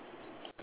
ya